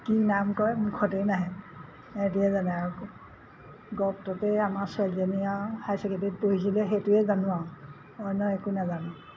কি নাম কয় মুখতেই নাহে ইহঁতিহে জানে আৰু গপ্ফতেই আমাৰ ছোৱালীজনীয়ে হাই ছেকেণ্ডেৰীত পঢ়িলে সেইটোৱে জানো আৰু অন্য একো নাজানো